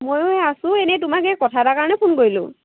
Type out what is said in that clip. মই এই আছো এনেই তোমাক এই কথা এটাৰ কাৰণে ফোন কৰিলোঁ